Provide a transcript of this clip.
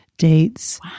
dates